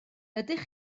ydych